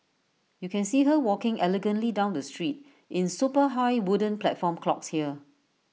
you can see her walking elegantly down the street in super high wooden platform clogs here